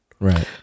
Right